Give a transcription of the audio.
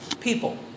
people